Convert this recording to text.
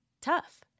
tough